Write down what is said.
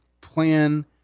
plan